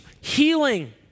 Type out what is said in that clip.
healing